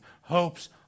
hopes